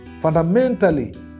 fundamentally